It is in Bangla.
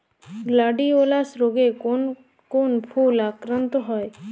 গ্লাডিওলাস রোগে কোন কোন ফুল আক্রান্ত হয়?